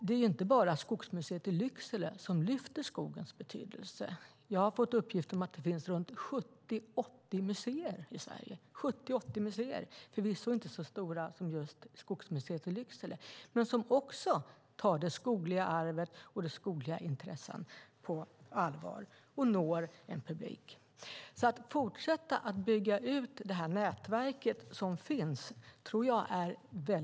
Det är inte bara Skogsmuseet i Lycksele som lyfter fram skogens betydelse; jag har fått uppgift om att det finns runt 70-80 museer i Sverige som förvisso inte är så stora som just Skogsmuseet i Lycksele men som också tar det skogliga arvet och de skogliga intressena på allvar och når en publik. Det är viktigt att fortsätta att bygga ut det nätverk som finns.